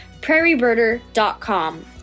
prairiebirder.com